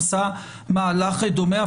עשה מהלך דומה,